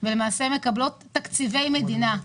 ומקבלות תקציבי מדינה.